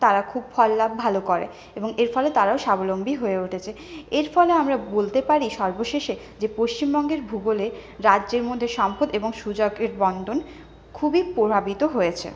তারা খুব ফল লাভ ভালো করে এরফলে তারাও স্বাবলম্বী হয়ে উঠেছে এর ফলে আমরা বলতে পারি সর্বশেষে যে পশ্চিমবঙ্গের ভূগোলে রাজ্যের মধ্যে সম্পদ এবং সুযোগের বন্ধন খুবই প্রভাবিত হয়েছে